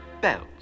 Bells